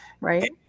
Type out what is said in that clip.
right